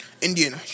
Indian